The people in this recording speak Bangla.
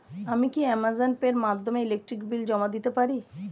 আমি কি অ্যামাজন পে এর মাধ্যমে ইলেকট্রিক বিল জমা দিতে পারি?